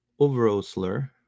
Overosler